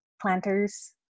planters